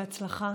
בהצלחה.